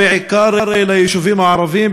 בעיקר ליישובים הערביים,